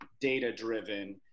data-driven